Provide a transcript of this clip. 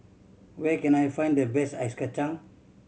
where can I find the best ice kacang